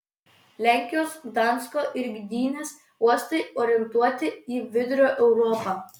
lenkijos gdansko ir gdynės uostai orientuoti į vidurio europą